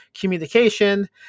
communication